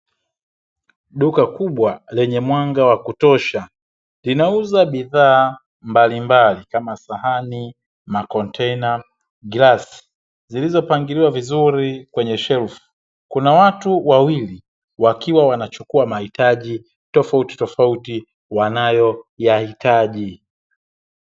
Duka kubwa lenye mwanga wa kutosha linauza bidhaa mbalimbali kama sahani, makontena, glasi, zilizopangiliwa vizuri kwenye shelfu. Kuna watu wawili wakiwa wanachukua mahitaji tofautitofauti wanayoyahitaji.